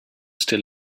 still